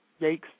yikes